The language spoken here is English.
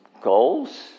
goals